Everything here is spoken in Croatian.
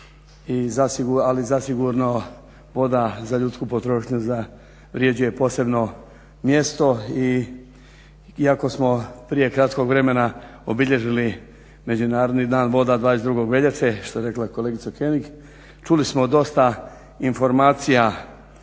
ali zasigurno voda za ljudsku potrošnju zavređuje posebno mjesto iako smo prije kratkog vremena obilježili Međunarodni dan voda 22. veljače što je rekla kolegica König čuli smo dosta informacija